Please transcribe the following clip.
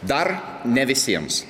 dar ne visiems